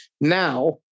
now